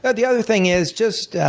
but the other thing is just